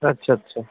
আচ্ছা আচ্ছা